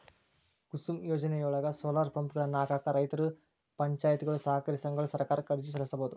ಕುಸುಮ್ ಯೋಜನೆಯೊಳಗ, ಸೋಲಾರ್ ಪಂಪ್ಗಳನ್ನ ಹಾಕಾಕ ರೈತರು, ಪಂಚಾಯತ್ಗಳು, ಸಹಕಾರಿ ಸಂಘಗಳು ಸರ್ಕಾರಕ್ಕ ಅರ್ಜಿ ಸಲ್ಲಿಸಬೋದು